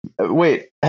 wait